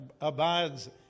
abides